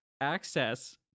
access